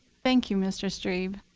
thank you, mr. strebe.